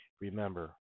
Remember